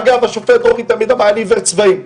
אגב, השופט תמיד אמר אני עיוור צבעים.